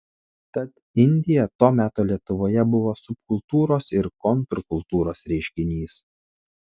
tad indija to meto lietuvoje buvo subkultūros ir kontrkultūros reiškinys